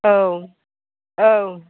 औ औ